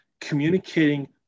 communicating